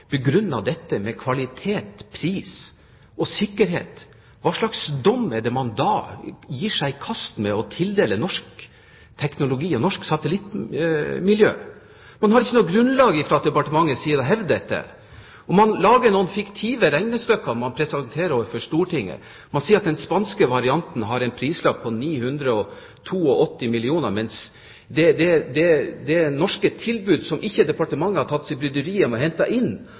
dette med kvalitet, pris og sikkerhet – hva slags dom er det man da gir seg i kast med å tildele norsk teknologi og norsk satellittmiljø? Man har ikke noe grunnlag i departementet for å hevde dette, og man lager noen fiktive regnestykker som man presenterer overfor Stortinget. Man sier at den spanske varianten har en prislapp på 982 mill. kr, mens det norske tilbudet som departementet ikke har tatt seg bryderiet med å hente inn,